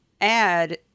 add